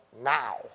now